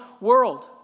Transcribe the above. world